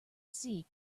see